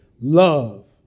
love